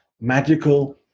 magical